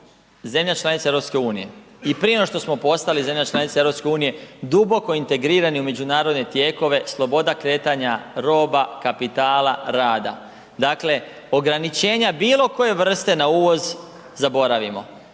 zemlja članica EU. I prije nego što smo postali zemlja članica EU duboko integrirani u međunarodne tijekove, sloboda kretanja roba, kapitala, rada. Dakle ograničenja bilo koje vrste na uvoz zaboravimo.